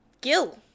Gil